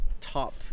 top